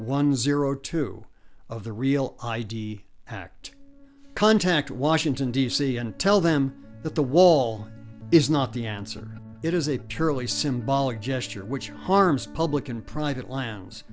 one zero two of the real i d act contact washington d c and tell them that the wall is not the answer it is a purely symbolic gesture which harms public and private lands